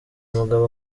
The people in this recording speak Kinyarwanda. mugabo